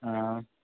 हँ